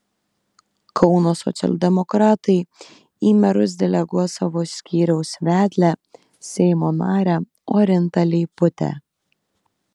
kauno socialdemokratai į merus deleguos savo skyriaus vedlę seimo narę orintą leiputę